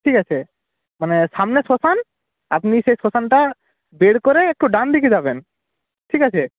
ঠিক আছে মানে সামনে শ্মশান আপনি সেই শ্মশানটা বের করে একটু ডানদিকে যাবেন ঠিক আছে